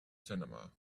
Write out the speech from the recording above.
cinema